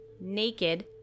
naked